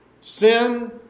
Sin